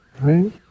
right